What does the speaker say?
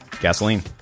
Gasoline